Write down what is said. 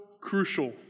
crucial